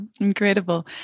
incredible